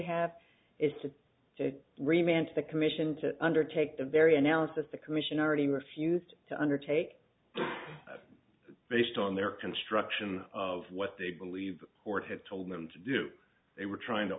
have is to remain to the commission to undertake the very analysis the commission already refused to undertake based on their construction of what they believe port had told them to do they were trying to